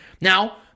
Now